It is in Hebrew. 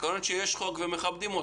העיקרון שיש חוק ומכבדים אותו.